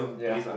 ya